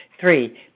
Three